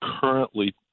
currently